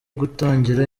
gutangira